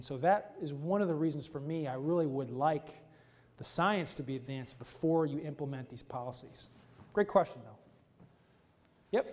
and so that is one of the reasons for me i really would like the science to be advanced before you implement these policies great quest